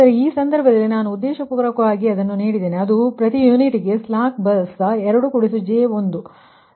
ಆದ್ದರಿಂದ ಈ ಸಂದರ್ಭದಲ್ಲಿ ನಾನು ಅದನ್ನು ಉದ್ದೇಶಪೂರ್ವಕವಾಗಿ ನೀಡಿದ್ದೇನೆ ಅದು ಪ್ರತಿ ಯೂನಿಟ್ಗೆ ಸ್ಲಾಕ್ ಬಸ್ 2 j1 ಆಗಿದೆ